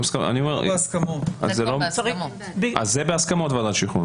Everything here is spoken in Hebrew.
ועדת שחרורים זה בהסכמות.